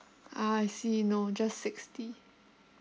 ah I see no just sixty